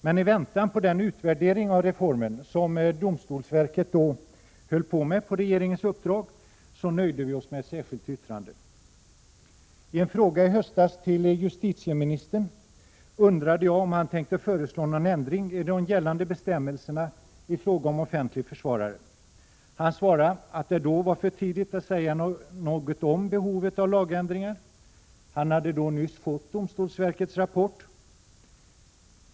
Men i väntan på den utvärdering av reformen som domstolsverket på regeringens uppdrag då höll på med nöjde vi oss med ett särskilt yttrande. I en fråga i höstas till justitieministern undrade jag om han tänkte föreslå någon ändring i de gällande bestämmelserna i fråga om offentlig försvarare. Han svarade att det då var för tidigt att säga något om behovet av lagändringar. Han hade då nyss fått domstolsverkets rapport.